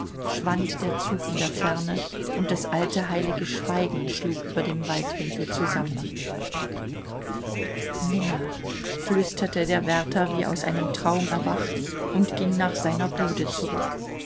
schwand der zug in der ferne und das alte heilge schweigen schlug über dem waldwinkel zusammen minna flüsterte der wärter wie aus einem traum erwacht und ging nach seiner bude zurück